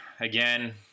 again